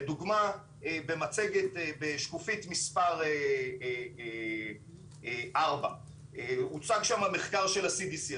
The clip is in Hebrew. לדוגמה, בשקופית מספר 4 הוצג שם מחקר של ה-CDC.